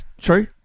true